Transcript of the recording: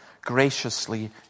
graciously